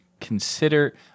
consider